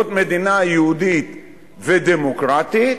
להיות מדינה יהודית ודמוקרטית,